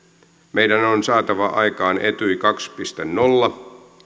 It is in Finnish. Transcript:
meidän on saatava aikaan etyj kaksi piste nolla